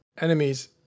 enemies